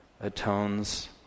atones